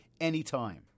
anytime